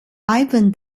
ivan